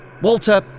Walter